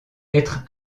être